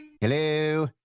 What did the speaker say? Hello